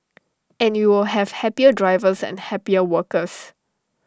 and you will have happier drivers and happier workers